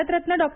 Bharat Ratna Dr